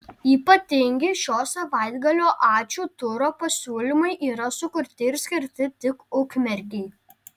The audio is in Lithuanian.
ypatingi šio savaitgalio ačiū turo pasiūlymai yra sukurti ir skirti tik ukmergei